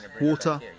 water